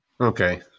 Okay